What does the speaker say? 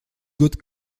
gouttes